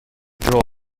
drawn